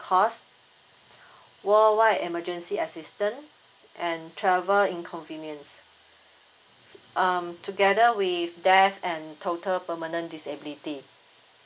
cost worldwide emergency assistant and travel inconvenience um together with death and total permanent disability